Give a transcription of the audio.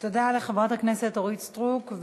תודה לחברת הכנסת אורית סטרוק.